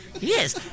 Yes